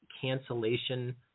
cancellation